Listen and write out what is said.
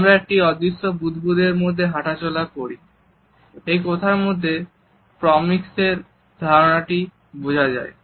আমরা একটি অদৃশ্য বুদবুদ এর মধ্যে হাঁটাচলা করি এই কথার মধ্যে দিয়ে প্রক্সেমিকস এর ধারণাটি বোঝা যায়